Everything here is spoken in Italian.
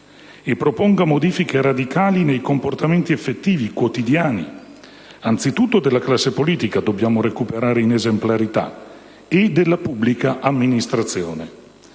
e proponga modifiche radicali nei comportamenti effettivi e quotidiani, anzitutto della classe politica (dobbiamo recuperare